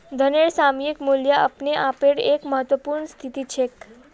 धनेर सामयिक मूल्य अपने आपेर एक महत्वपूर्ण स्थिति छेक